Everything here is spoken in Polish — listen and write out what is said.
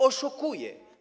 Oszukuje.